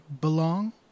belong